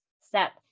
step